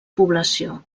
població